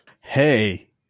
Hey